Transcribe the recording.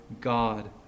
God